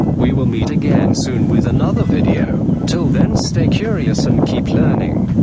we will meet again soon with another video. till then stay curious and keep learning.